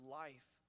life